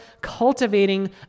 cultivating